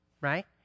right